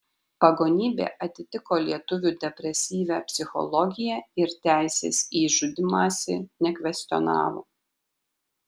pagonybė atitiko lietuvių depresyvią psichologiją ir teisės į žudymąsi nekvestionavo